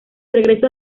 regreso